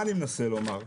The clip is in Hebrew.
מה אני מנסה לומר?